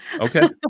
Okay